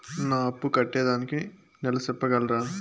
నా అప్పు కట్టేదానికి నెల సెప్పగలరా?